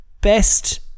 Best